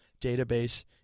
database